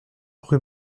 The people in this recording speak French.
rue